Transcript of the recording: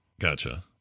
Gotcha